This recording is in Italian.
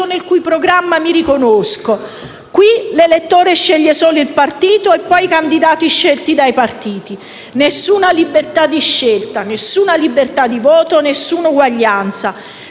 nel cui programma mi riconosco. Qui l'elettore sceglie solo il partito e poi i candidati scelti dai partiti. Nessuna libertà di scelta, nessuna libertà di voto, nessuna uguaglianza.